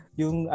yung